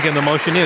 the motion is,